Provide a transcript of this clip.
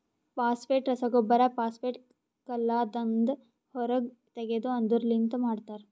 phosphate ರಸಗೊಬ್ಬರ phosphate ಕಲ್ಲದಾಂದ ಹೊರಗ್ ತೆಗೆದು ಅದುರ್ ಲಿಂತ ಮಾಡ್ತರ